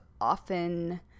often